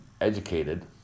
educated